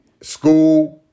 school